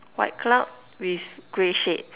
white cloud with grey shades